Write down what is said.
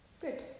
good